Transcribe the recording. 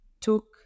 took